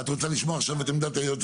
את רוצה לשמוע עכשיו את העמדה של היועץ